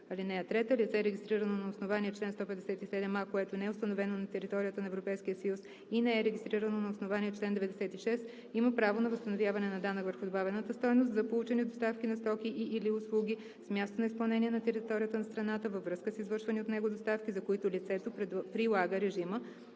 съюз. (3) Лице, регистрирано на основание чл. 157а, което не е установено на територията на Европейския съюз, и не е регистрирано на основание чл. 96, има право на възстановяване на данък върху добавената стойност за получени доставки на стоки и/или услуги с място на изпълнение на територията на страната във връзка с извършвани от него доставки, за които лицето прилага режима,